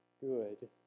good